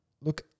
look